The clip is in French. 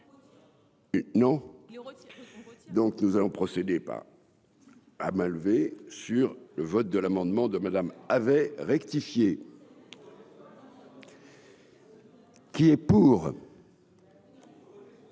Non, donc nous allons procéder pas à main levée sur le vote de l'amendement de Madame avait rectifié. Qui est pour.